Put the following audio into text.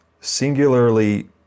singularly